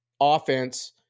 offense